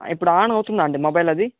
ఇప్పుడు ఆన్ అవుతుందా అండి మొబైల్ అది